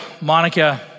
Monica